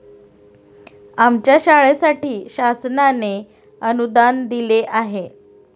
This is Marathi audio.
आमच्या शाळेसाठी शासनाने अनुदान दिले आहे